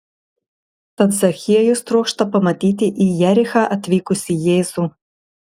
tad zachiejus trokšta pamatyti į jerichą atvykusį jėzų